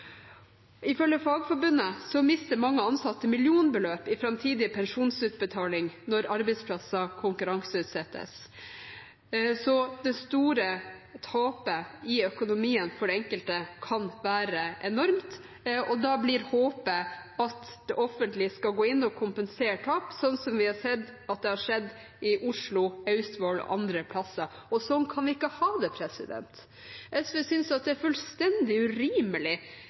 Ifølge Fagforbundet mister mange ansatte millionbeløp i framtidige pensjonsutbetalinger når arbeidsplasser konkurranseutsettes. Så det store tapet i økonomien for den enkelte kan være enormt. Da blir håpet at det offentlige skal gå inn og kompensere tap, slik vi har sett at det har skjedd i Oslo, Austevoll og andre steder. Slik kan vi ikke ha det. SV synes at det er fullstendig urimelig